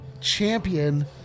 champion